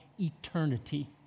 eternity